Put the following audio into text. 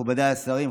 מכובדיי השרים,